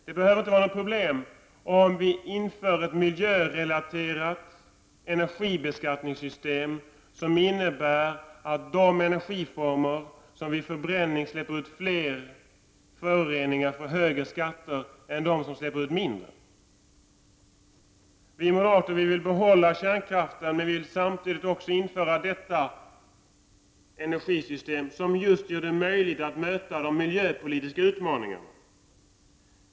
Det behöver inte heller vara ett problem om vi inför ett miljörelaterat energibeskattningssystem, som innebär att de energiformer som vid förbränning släpper ut fler föroreningar, beskattas hårdare än de energiformer som släpper ut mindre. Vi moderater vill behålla kärnkraften, men vi vill samtidigt också införa ett energisystem, som gör det möjligt att möta de energipolitiska utmaningarna.